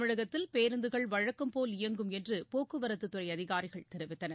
தமிழகத்தில் பேருந்துகள் வழக்கம்போல் இயங்கும் என்று போக்குவரத்துத்துறை அதிகாரிகள் தெரிவித்தனர்